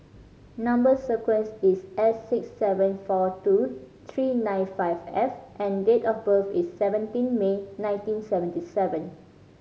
number sequence is S six seven four two three nine five F and date of birth is seventeen May nineteen seventy seven